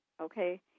Okay